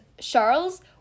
Charles